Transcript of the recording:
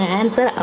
answer